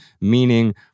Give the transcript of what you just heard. meaning